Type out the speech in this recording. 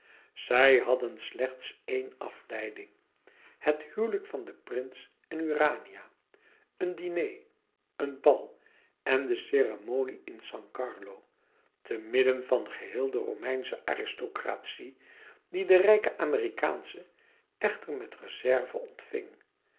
zij hadden slechts eene afleiding het huwelijk van den prins en urania een diner een bal en de ceremonie in san carlo te midden van geheel de romeinsche aristocratie die de rijke amerikaansche echter met reserve ontving